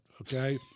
Okay